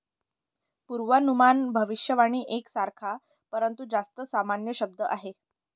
पूर्वानुमान भविष्यवाणी एक सारखा, परंतु जास्त सामान्य शब्द आहे